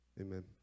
Amen